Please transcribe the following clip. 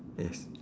yes